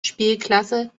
spielklasse